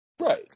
Right